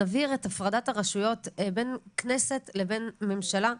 שנבהיר את הפרדת הרשויות בין כנסת לבין ממשלה.